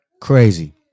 Crazy